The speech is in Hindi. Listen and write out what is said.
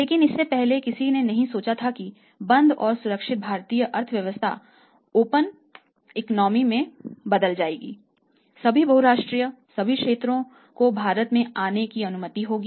लेकिन इससे पहले किसी ने नहीं सोचा था कि बंद और संरक्षित भारतीय अर्थव्यवस्था ओपन इकोनॉमी बन जाएगी सभी बहुराष्ट्रीय सभी क्षेत्रों को भारत में आने की अनुमति होगी